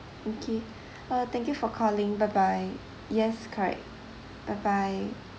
okay uh thank you for calling bye bye yes correct bye bye